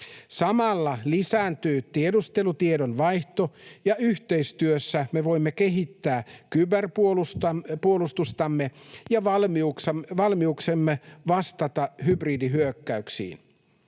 Samalla lisääntyy tiedustelutiedon vaihto, ja yhteistyössä me voimme kehittää kyberpuolustustamme ja valmiuksiamme vastata hybridihyökkäyksiin.